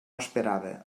esperava